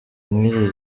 nk’iri